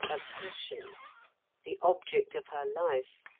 a passion the object of her life.